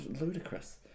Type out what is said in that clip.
ludicrous